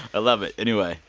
i love it. anyway,